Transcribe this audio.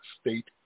state